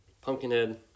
Pumpkinhead